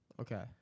Okay